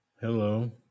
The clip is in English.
Hello